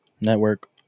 Network